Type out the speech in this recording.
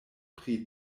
pri